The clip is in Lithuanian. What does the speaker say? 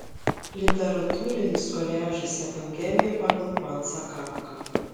literatūrinis koliažas evangelija pagal francą kafką